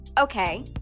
Okay